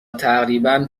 تقریبا